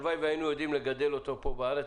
הלוואי והיינו יודעים לגדל אותו פה בארץ.